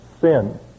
sin